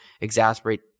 exasperate